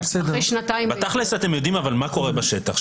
בתכל'ס מה קורה בשטח?